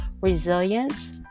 resilience